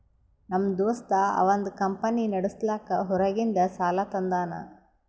ನಮ್ ದೋಸ್ತ ಅವಂದ್ ಕಂಪನಿ ನಡುಸ್ಲಾಕ್ ಹೊರಗಿಂದ್ ಸಾಲಾ ತಂದಾನ್